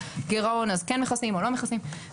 גירעון וכן או לא מכסים את הגירעון הזה.